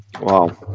Wow